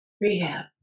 Rehab